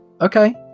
okay